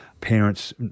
parents